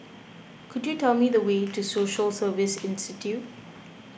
could you tell me the way to Social Service Institute